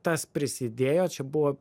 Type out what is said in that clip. tas prisidėjo čia buvo